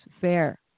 fair